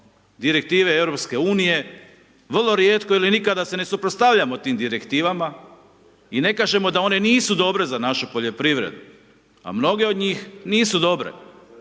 direktive EU-a, vrlo rijetko ili nikada se ne suprotstavljamo tim Direktivama, i ne kažemo da one nisu dobre za našu poljoprivredu, a mnoge od njih nisu dobre,